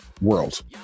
world